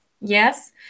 Yes